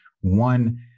one